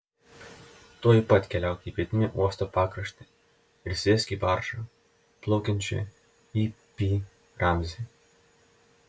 tuoj pat keliauk į pietinį uosto pakraštį ir sėsk į baržą plaukiančią į pi ramzį